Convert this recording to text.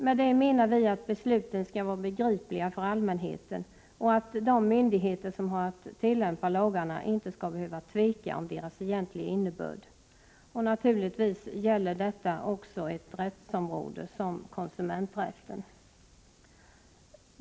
Med det menar vi att besluten skall vara begripliga för allmänheten och att de myndigheter som har att tillämpa lagarna inte skall behöva tveka om deras egentliga innebörd. Naturligtvis gäller detta också ett rättsområde som konsumenträtten.